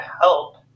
help